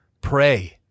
pray